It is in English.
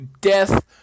death